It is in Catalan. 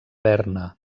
berna